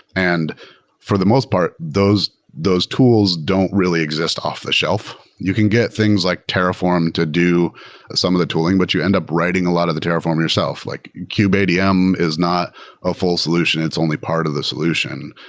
and for the most part, those those tools don't really exist off-the-shelf. you can get things like terraform to do some of the tooling, but you end up writing a lot of the terraform. like kubeadm is not a full solution. it's only part of the solution.